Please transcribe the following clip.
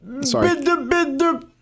Sorry